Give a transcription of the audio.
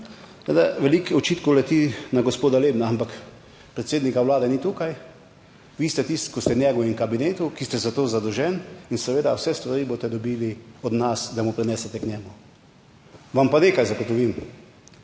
veliko očitkov leti na gospoda Lebna, ampak predsednika Vlade ni tukaj. Vi ste tisti, ki ste njegovem kabinetu, ki ste za to zadolženi in seveda vse stvari boste dobili od nas, da mu prinesete k njemu. Vam pa nekaj zagotovim,